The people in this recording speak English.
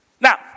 Now